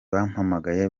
bampamagaye